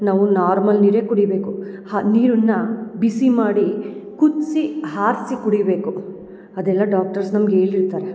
ನಾವು ನಾರ್ಮಲ್ ನೀರೆ ಕುಡಿಬೇಕು ಹ ನೀರುನ್ನ ಬಿಸಿ ಮಾಡಿ ಕುದ್ಸಿ ಹಾರ್ಸಿ ಕುಡಿಬೇಕು ಅದೆಲ್ಲ ಡಾಕ್ಟರ್ಸ್ ನಮ್ಗೆ ಹೇಳಿರ್ತಾರೆ